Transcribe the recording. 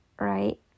right